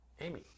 Amy